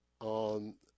on